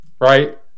right